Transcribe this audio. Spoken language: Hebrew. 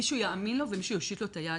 מישהו יאמין לו ומישהו יושיט לו את היד,